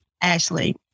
Ashley